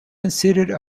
considered